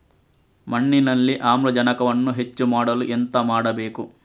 ಮಣ್ಣಿನಲ್ಲಿ ಆಮ್ಲಜನಕವನ್ನು ಹೆಚ್ಚು ಮಾಡಲು ಎಂತ ಮಾಡಬೇಕು?